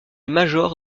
major